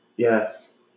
Yes